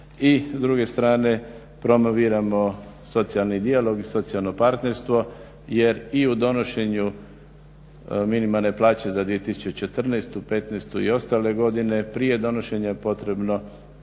I s druge strane promoviramo socijalni dijalog i socijalno partnerstvo jer i u donošenju minimalne plaće za 2014., 2015. i ostale godine, prije donošenja je potrebno